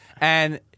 and-